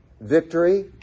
Victory